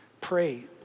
pray